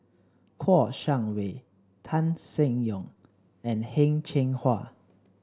Kouo Shang Wei Tan Seng Yong and Heng Cheng Hwa